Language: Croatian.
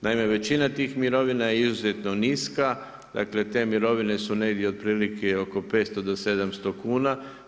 Naime većina tih mirovina je izuzetno niska, dakle te mirovine su negdje otprilike oko 500 do 700 kuna.